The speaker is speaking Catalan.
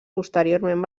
posteriorment